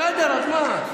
בסדר, אז מה?